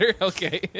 okay